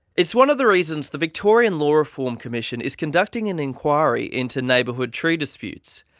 it's one of the reasons the victorian law reform commission is conducting an inquiry into neighbourhood tree disputes.